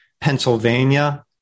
Pennsylvania